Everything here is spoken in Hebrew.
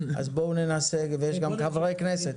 אז ננסה ויש גם חברי כנסת.